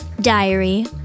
Diary